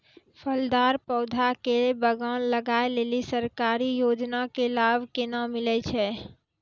फलदार पौधा के बगान लगाय लेली सरकारी योजना के लाभ केना मिलै छै?